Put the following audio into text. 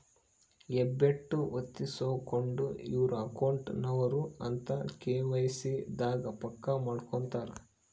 ಹೆಬ್ಬೆಟ್ಟು ಹೊತ್ತಿಸ್ಕೆಂಡು ಇವ್ರೆ ಅಕೌಂಟ್ ನವರು ಅಂತ ಕೆ.ವೈ.ಸಿ ದಾಗ ಪಕ್ಕ ಮಾಡ್ಕೊತರ